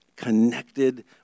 Connected